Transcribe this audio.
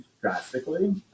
drastically